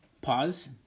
Pause